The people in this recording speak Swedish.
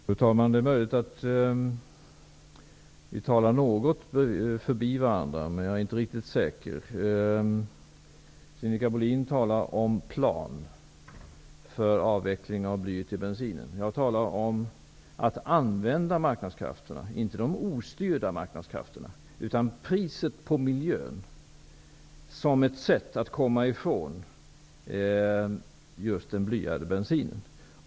Fru talman! Det är möjligt att vi talar något förbi varandra. Men jag är inte riktigt säker. Sinikka Bohlin talar om en plan för avveckling av blyet i bensinen. Jag talar om att använda marknadskrafterna, inte de ostyrda marknadskrafterna utan priset på miljön såsom ett sätt att komma ifrån just den blyade bensinen.